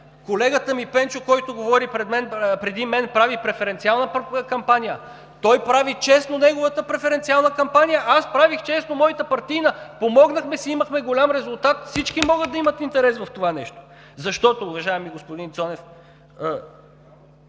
Колегата ми Пенчо, който говори преди мен, прави преференциална кампания. Той прави честно неговата преференциална кампания, аз правих честно моята партийна. Помогнахме си, имахме голям резултат, всички могат да имат интерес в това нещо. Защото, уважаеми господин Цонев,